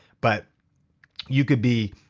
but you could be